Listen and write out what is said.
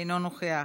אינו נוכח,